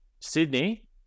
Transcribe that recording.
sydney